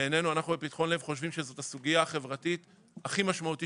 בעינינו אנחנו בפתחון לב חושבים שזאת הסוגיה החברתית הכי משמעותית